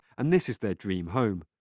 and this is their dream home.